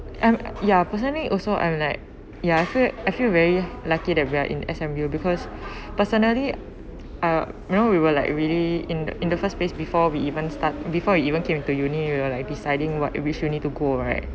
and ya personally also I'm like ya so I feel very lucky that we are in S_M_U because personally uh you know we were like really in in the first place before we even start before we even came into uni we were like deciding what which uni to go right